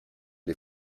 les